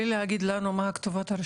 אימאן ח'טיב יאסין (רע"מ,